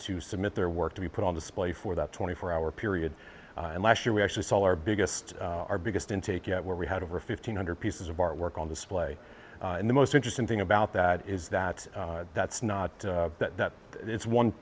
to submit their work to be put on display for that twenty four hour period and last year we actually saw our biggest our biggest intake yet where we had over fifteen hundred pieces of artwork on display and the most interesting thing about that is that that's not that it's one